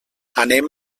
anem